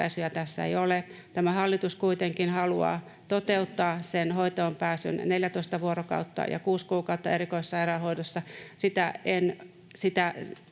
tässä ei ole. Tämä hallitus kuitenkin haluaa toteuttaa sen hoitoonpääsyn, 14 vuorokautta, ja 6 kuukautta erikoissairaanhoidossa.